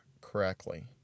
correctly